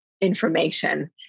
information